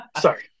Sorry